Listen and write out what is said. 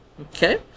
Okay